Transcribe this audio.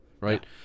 right